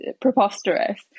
preposterous